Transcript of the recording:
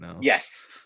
yes